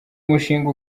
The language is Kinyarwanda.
mushinga